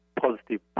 positive